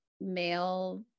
male